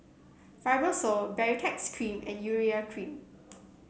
Fibrosol Baritex Cream and Urea Cream